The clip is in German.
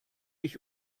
ich